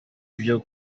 byo